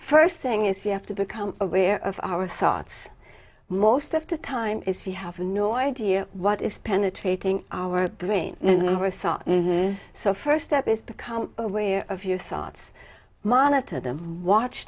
first thing is you have to become aware of our thoughts most of the time if you have no idea what is penetrating our brain never thought so first step is become aware of your thoughts monitor them watch